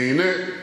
כי הנה,